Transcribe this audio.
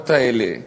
ההגזמות האלה?